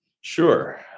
Sure